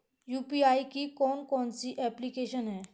UPI की कौन कौन सी एप्लिकेशन हैं?